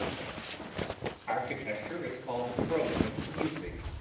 thus architecture is called frozen music,